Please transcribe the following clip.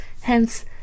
Hence